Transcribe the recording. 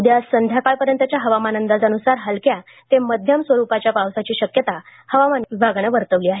उद्या संध्याकाळपर्यंतच्या हवामान अंदाजानुसार हलक्या ते मध्यम स्वरुपाच्या पावसाची शक्यता हवामान विभागानं वर्तवली आहे